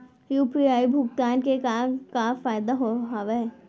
UPI भुगतान के का का फायदा हावे?